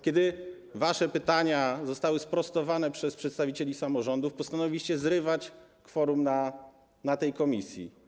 Kiedy wasze pytania zostały sprostowane przez przedstawicieli samorządów, postanowiliście zrywać kworum na posiedzeniu tej komisji.